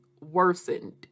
worsened